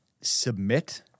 submit